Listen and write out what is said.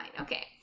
Okay